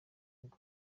ngo